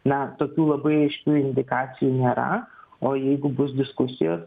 na tokių labai aiškių indikacijų nėra o jeigu bus diskusijos